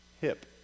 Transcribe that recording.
hip